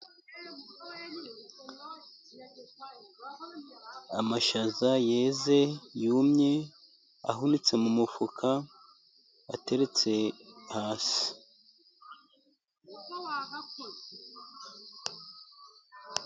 Amashaza yeze yumye, ahunitse mu mufuka ateretse hasi.